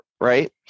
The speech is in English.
right